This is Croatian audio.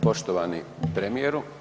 Poštovani premijeru.